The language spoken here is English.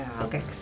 Okay